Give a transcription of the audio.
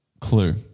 clue